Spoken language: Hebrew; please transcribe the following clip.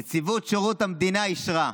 נציבות שירות המדינה אישרה.